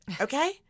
Okay